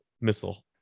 missile